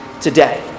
today